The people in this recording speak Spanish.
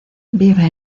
vive